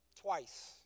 twice